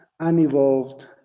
unevolved